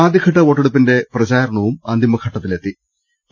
ആദ്യഘട്ട വോട്ടെടുപ്പിന്റെ പ്രചാരണവും അന്തിമ ഘട്ടത്തി ലെത്തിലെത്തി